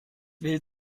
will